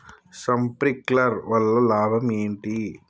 Sprinkler వల్ల లాభం ఏంటి?